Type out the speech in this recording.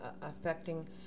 affecting